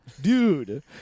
Dude